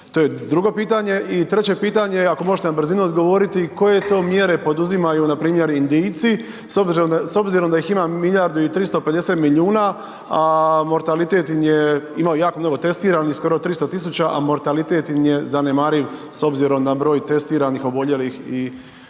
to je drugo pitanje. I treće pitanje, ako možete na brzinu odgovoriti, koje to mjere poduzimaju npr. Indijci s obzirom da ih ima milijardu i 350 milijuna, a mortalitet im je, imaju jako novotestiranih, skoro 300 tisuća, a mortalitet im je zanemariv s obzirom na broj testiranih, oboljelih i